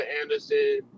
Anderson